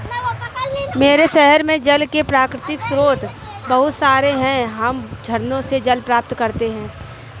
मेरे शहर में जल के प्राकृतिक स्रोत बहुत सारे हैं हम झरनों से जल प्राप्त करते हैं